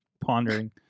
pondering